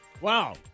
Wow